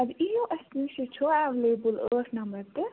اَدٕ اِیِو اَسہِ نِش چھُ ایٚویلیبُل ٲٹھ نمبر تہِ